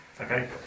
Okay